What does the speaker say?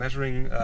measuring